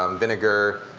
um vinegar,